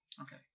Okay